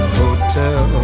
hotel